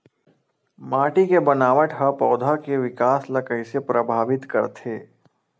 माटी के बनावट हा पौधा के विकास ला कइसे प्रभावित करथे?